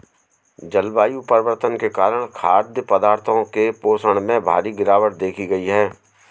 जलवायु परिवर्तन के कारण खाद्य पदार्थों के पोषण में भारी गिरवाट देखी गयी है